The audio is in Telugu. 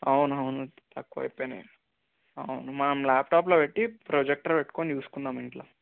అవునవును తక్కువ అయిపోయినాయి అవును మనం ల్యాప్టాప్లో పెట్టి ప్రొజెక్టర్ పెట్టుకుని చూసుకుందాం ఇంట్లో